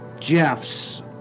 Jeff's